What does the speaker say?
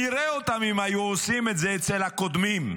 נראה אותם, אם היו עושים את זה אצל הקודמים.